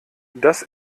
das